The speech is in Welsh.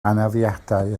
anafiadau